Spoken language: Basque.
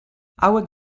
hauek